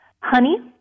Honey